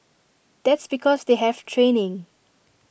that's because they have training